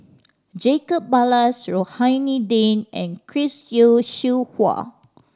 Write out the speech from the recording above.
Jacob Ballas Rohani Din and Chris Yeo Siew Hua